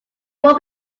would